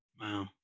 Wow